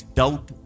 doubt